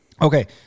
Okay